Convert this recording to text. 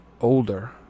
older